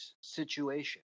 situation